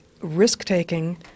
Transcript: risk-taking